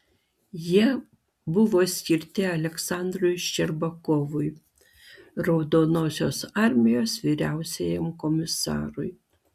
jie buvo skirti aleksandrui ščerbakovui raudonosios armijos vyriausiajam komisarui